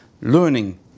learning